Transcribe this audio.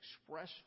express